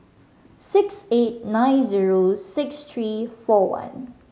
six eight nine zero six three four one